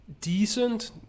decent